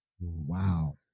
Wow